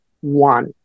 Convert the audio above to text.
one